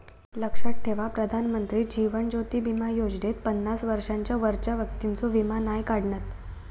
लक्षात ठेवा प्रधानमंत्री जीवन ज्योति बीमा योजनेत पन्नास वर्षांच्या वरच्या व्यक्तिंचो वीमो नाय काढणत